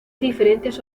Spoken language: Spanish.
diferentes